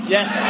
Yes